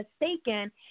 mistaken